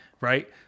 Right